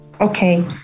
okay